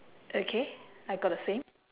okay I got the same